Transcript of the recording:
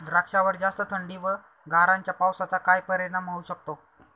द्राक्षावर जास्त थंडी व गारांच्या पावसाचा काय परिणाम होऊ शकतो?